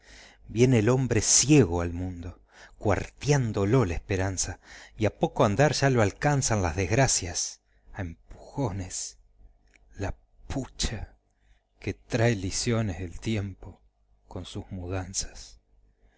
viene el hombre ciego al mundo cuartiándolo la esperanza y a poco andar ya lo alcanzan las desgracias a empujones la pucha que trae liciones el tiempo con sus mudanzas